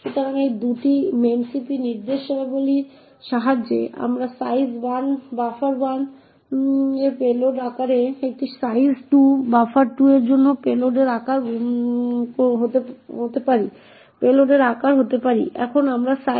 সুতরাং এই 2টি memcpy নির্দেশাবলীর সাহায্যে আমরা সাইজ 1 বাফার 1 এর পেলোডের আকার এবং সাইজ 2 বাফার 2 এর জন্য পেলোডের আকার হতে পারি